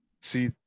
See